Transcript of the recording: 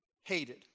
hated